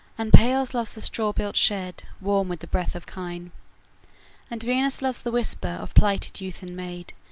and pales loves the straw-built shed warm with the breath of kine and venus loves the whisper of plighted youth and maid,